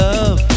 love